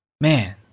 Man